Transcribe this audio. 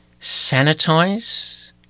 sanitize